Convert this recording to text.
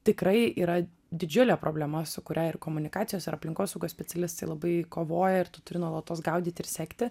tikrai yra didžiulė problema su kuria ir komunikacijos ir aplinkosaugos specialistai labai kovoja ir tu turi nuolatos gaudyti ir sekti